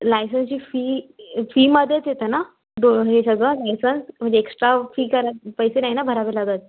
लायसेन्सची fee फीमध्येच येते ना दो हे सगळं लायसन्स म्हणजे एक्सट्रा फी कारण पैसे नाही ना भरावे लागत